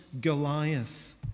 Goliath